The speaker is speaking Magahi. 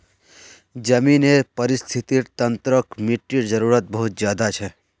ज़मीनेर परिस्थ्तिर तंत्रोत मिटटीर जरूरत बहुत ज़्यादा छे